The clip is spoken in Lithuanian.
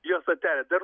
jo stotelė dar